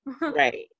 Right